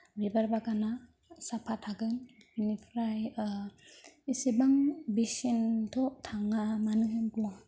बिबार बागाना साफा थागोन बिनिफ्राय इसेबां बेसेनथ' थाङा मानो होनब्ला